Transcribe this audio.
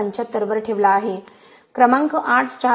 75 वर ठेवला आहे क्रमांक 8 4